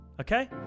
Okay